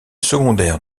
secondaire